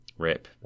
Rip